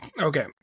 okay